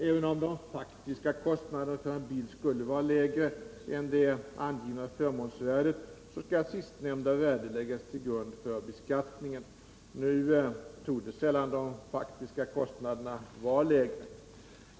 Även om de faktiska kostnaderna för en bil skulle vara lägre än det angivna förmånsvärdet skall sistnämnda värde läggas till grund för beskattningen. Nu torde sällan de faktiska kostnaderna vara lägre.